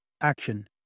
Action